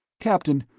captain,